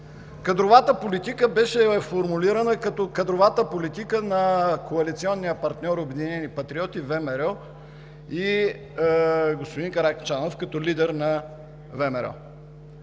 кадровата политика беше формулирана като „кадровата политика на коалиционния партньор „Обединени патриоти, ВМРО“ и господин Каракачанов като лидер на ВМРО“.